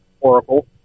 oracle